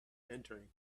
entering